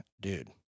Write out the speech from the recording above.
dude